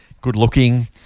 good-looking